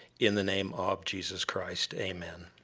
in the name ah of jesus christ, amen.